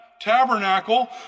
Tabernacle